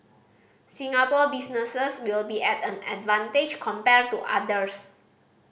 Singapore businesses will be at an advantage compared to others